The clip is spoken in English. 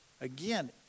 Again